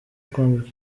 kwambikwa